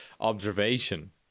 observation